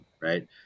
right